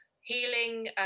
healing